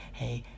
hey